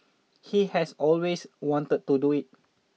he has always wanted to do it